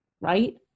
Right